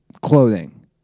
clothing